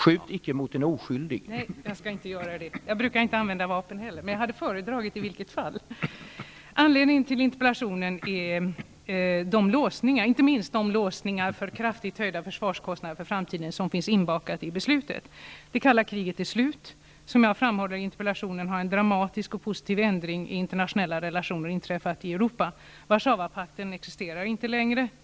Herr talman! Jag tackar försvarsministern för svaret på min interpellation. Det är i vissa delar klarläggande men i andra delar oklart. Anledningen till att jag har ställt denna interpellation är inte minst de låsningar för kraftigt höjda försvarskostnader för framtiden som finns inbakade i beslutet. Det kalla kriget är slut. Som jag framhåller i interpellationen har en dramatisk och positiv ändring i de internationella relationerna i Europa inträffat. Warszawapakten existerar inte längre.